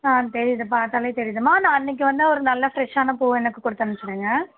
ஆ தெரியுது பார்த்தாலே தெரியுதும்மா நான் அன்றைக்கு வந்து ஒரு நல்ல ஃப்ரெஷ்ஷான பூவை எனக்கு கொடுத்தனுப்ச்சிருங்க